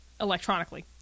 electronically